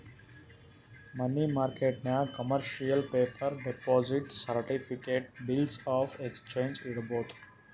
ಮನಿ ಮಾರ್ಕೆಟ್ನಾಗ್ commercial paper, deposit certificate, bills of exchange ಇಡ್ಬೋದ್